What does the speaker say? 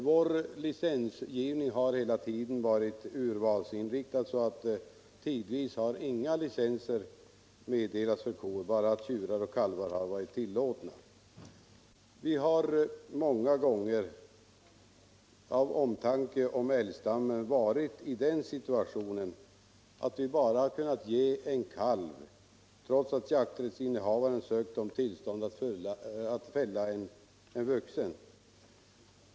Vår licensgivning har hela tiden varit urvalsinriktad. Tidvis har inga licenser meddelats för kor, utan bara tjurar och kalvar har varit tillåtna. Vi har många gånger av omtanke om älgstammen varit i den situationen att vi bara har kunnat ge licens för en kalv, trots att jakträttsinnehavaren sökt tillstånd att fälla en vuxen älg.